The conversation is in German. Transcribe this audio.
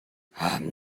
haben